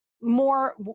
more